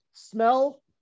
smell